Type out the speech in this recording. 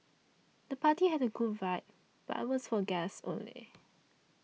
the party had a cool vibe but was for guests only